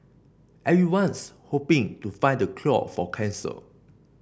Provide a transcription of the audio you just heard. everyone's hoping to find the cure for cancer